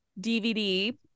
dvd